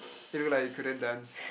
you looked like you couldn't dance